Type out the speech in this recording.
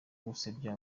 gusebya